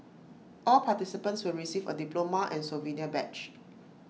all participants will receive A diploma and souvenir badge